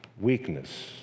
weakness